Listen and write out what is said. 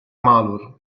malur